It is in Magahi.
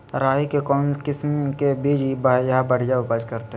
राई के कौन किसिम के बिज यहा बड़िया उपज करते?